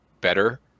better